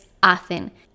hacen